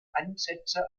ansätze